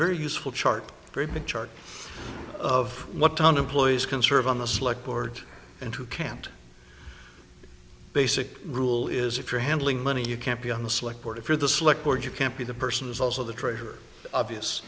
very useful chart for a big chart of what town employees can serve on the select board and who can't basic rule is if you're handling money you can't be on the select board if you're the slick or you can't be the person is also the treasure obvious